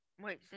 Wait